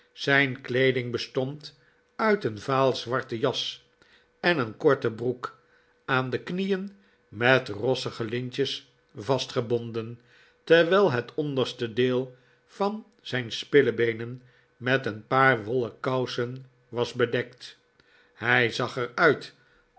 zijn kleeding bestond uit een vaal zwarte jas en een korte broek aan de knieen met rossige lintjes vastgebonden terwijl het onderste deel van zijn spillebeenen met een paar wollen kousen was bedekt hij zag er uit